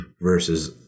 versus